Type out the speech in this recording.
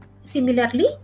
Similarly